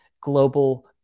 global